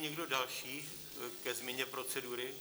Někdo další ke změně procedury?